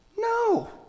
No